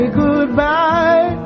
goodbye